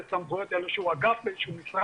אין לו סמכויות אלא הוא אגף באיזשהו משרד